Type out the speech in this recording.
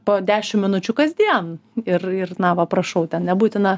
po dešim minučių kasdien ir ir na va prašau ten nebūtina